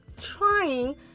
trying